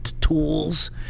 tools